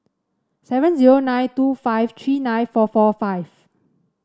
seven zero nine two five three nine four four five